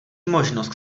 možnost